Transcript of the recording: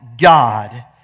God